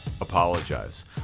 apologize